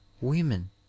women